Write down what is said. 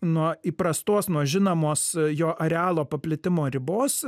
nuo įprastos nuo žinomos jo arealo paplitimo ribos